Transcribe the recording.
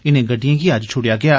इनें गड्डिएं गी अज्ज छोड़ेआ गेआ